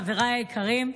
חבריי היקרים,